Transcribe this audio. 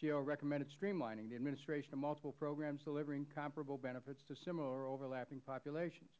gao recommended streamlining the administration of multiple programs delivering comparable benefits to similar overlapping populations